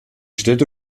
städte